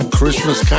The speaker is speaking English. Christmas